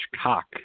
cock